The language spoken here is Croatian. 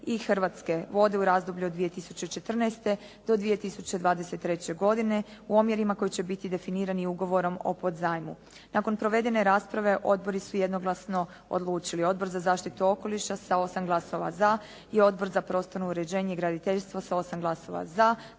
i Hrvatske vode u razdoblju od 2014. do 2023. godine u omjerima koji će biti definirani ugovorom o podzajmu. Nakon provedene rasprave odbori su jednoglasno odlučili, Odbor za zaštitu okoliša sa 8 glasova za i Odbor za prostorno uređenje i graditeljstvo sa 8 glasova za